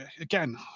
again